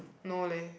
no leh